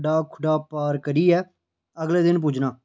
खड्डां खुड्डां पार करियै अगले दिन पुज्जना आं